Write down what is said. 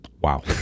Wow